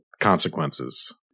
consequences